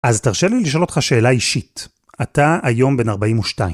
אז תרשה לי לשאול אותך שאלה אישית, אתה היום בן 42.